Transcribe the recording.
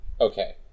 Okay